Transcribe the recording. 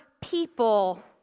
people